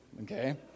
okay